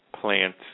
plant